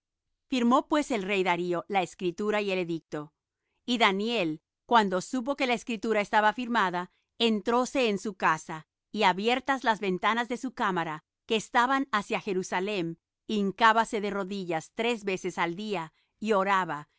firmó pues el rey darío la escritura y el edicto y daniel cuando supo que la escritura estaba firmada entróse en su casa y abiertas las ventanas de su cámara que estaban hacia jerusalem hincábase de rodillas tres veces al día y oraba y